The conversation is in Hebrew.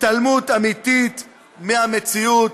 התעלמות אמיתית מהמציאות.